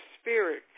spirit